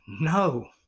No